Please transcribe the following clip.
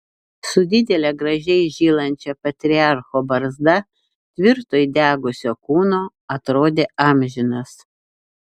su didele gražiai žylančia patriarcho barzda tvirto įdegusio kūno atrodė amžinas